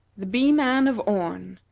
the bee-man of orn.